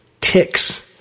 ticks